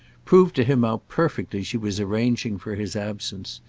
proved to him how perfectly she was arranging for his absence,